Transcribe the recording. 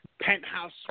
penthouse